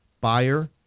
buyer